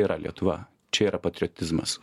yra lietuva čia yra patriotizmas